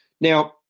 Now